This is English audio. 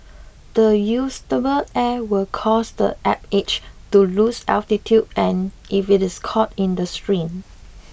the air will cause the Apache to lose altitude if it is caught in the stream